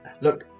look